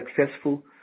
successful